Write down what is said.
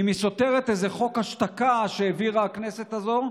אם היא סותרת איזה חוק השתקה שהעבירה הכנסת הזו,